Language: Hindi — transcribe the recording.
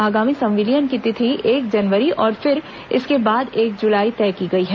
आगामी संविलियन की तिथि एक जनवरी और फिर इसके बाद एक जुलाई तय की गई है